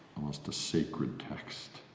almost a sacred text